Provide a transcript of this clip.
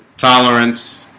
tolerance